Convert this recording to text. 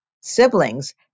siblings